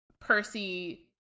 Percy